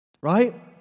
Right